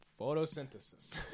Photosynthesis